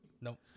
Nope